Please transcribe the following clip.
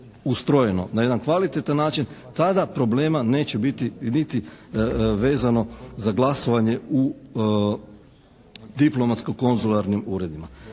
ustrojeno na jedan kvalitetan način tada problema neće biti niti vezano za glasovanje u diplomatsko-konzularnim uredima.